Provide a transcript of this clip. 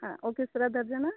ਹਾਂ ਉਹ ਕਿਸ ਤਰ੍ਹਾਂ ਦਰਜਨ ਆ